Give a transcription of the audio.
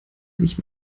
sich